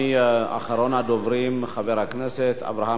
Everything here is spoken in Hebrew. אחרון הדוברים, חבר הכנסת אברהם מיכאלי.